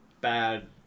bad